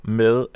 med